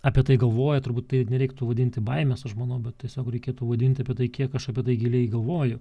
apie tai galvoja turbūt tai nereiktų vadinti baimes aš manau bet tiesiog reikėtų vadinti apie tai kiek aš apie tai giliai galvoju